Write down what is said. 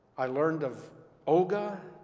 i learned of olga